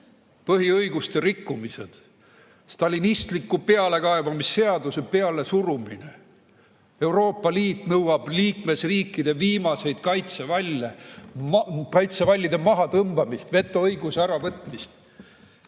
põhiõiguste rikkumised, stalinistliku pealekaebamisseaduse pealesurumine, Euroopa Liit nõuab liikmesriikide viimaste kaitsevallide mahatõmbamist, vetoõiguse äravõtmist.